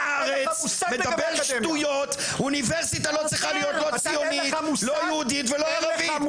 לא צריכה להיות ציונית, לא יהודית ולא ערבית.